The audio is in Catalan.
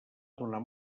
donar